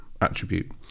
attribute